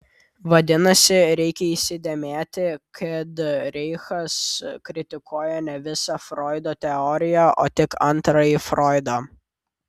vadinasi reikia įsidėmėti kad reichas kritikuoja ne visą froido teoriją o tik antrąjį froidą